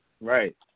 Right